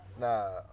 Nah